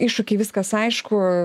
iššūkiai viskas aišku